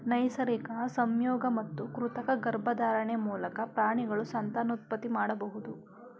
ನೈಸರ್ಗಿಕ ಸಂಯೋಗ ಮತ್ತು ಕೃತಕ ಗರ್ಭಧಾರಣೆ ಮೂಲಕ ಪ್ರಾಣಿಗಳು ಸಂತಾನೋತ್ಪತ್ತಿ ಮಾಡಬೋದು